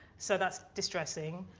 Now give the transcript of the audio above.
so that's distressing.